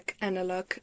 analog